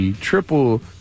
triple